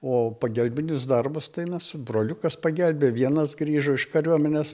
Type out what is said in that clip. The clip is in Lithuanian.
o pagalbinis darbas tai na su broliukas pagelbėjo vienas grįžo iš kariuomenės